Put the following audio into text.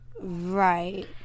Right